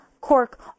cork